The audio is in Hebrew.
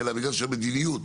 בגלל שהמדיניות